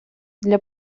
для